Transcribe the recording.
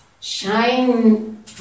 shine